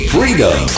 Freedom